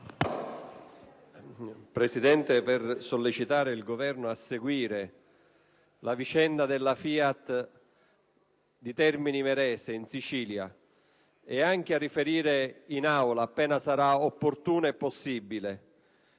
Presidente, desidero sollecitare il Governo a seguire la vicenda della FIAT di Termini Imerese, in Sicilia, e anche a riferire in Aula non appena sarà opportuno e possibile.